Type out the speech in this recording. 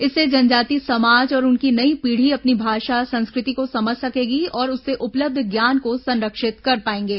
इससे जनजाति समाज और उनकी नई पीढ़ी अपनी भाषा संस्कृति को समझ सकेंगे और उससे उपलब्ध ज्ञान को संरक्षित रख पाएंगे